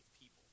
people